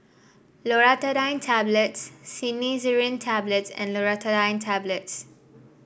Loratadine Tablets Cinnarizine Tablets and Loratadine Tablets